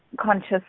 Conscious